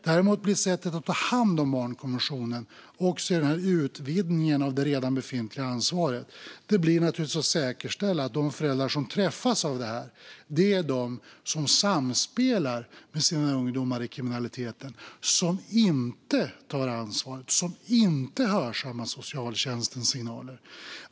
Däremot blir sättet att ta hand om barnkonventionen också i den här utvidgningen av det befintliga ansvaret naturligtvis att säkerställa att de föräldrar som träffas av det här är de som samspelar med sina ungdomar i kriminaliteten, som inte tar ansvar och som inte hörsammar socialtjänstens signaler.